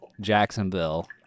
Jacksonville